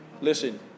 Listen